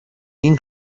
این